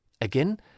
Again